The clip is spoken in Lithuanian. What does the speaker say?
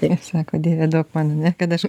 taip sako dieve duok man ane kad aš